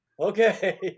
okay